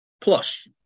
plus